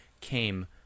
came